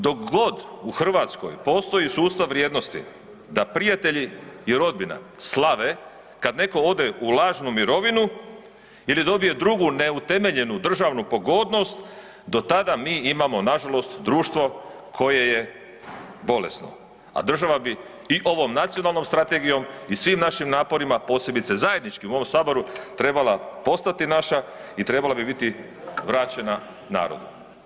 Dok god u Hrvatskoj postoji sustav vrijednosti da prijatelji i rodbina slave kad netko ode u lažnu mirovinu ili dobije drugu neutemeljenu državnu pogodnost do tada mi imamo nažalost društvo koje je bolesno, a država bi i ovom nacionalnom strategijom i svim našim naporima posebice zajedničkim u ovom saboru trebala postati naša i trebala bi biti vraćena narodu.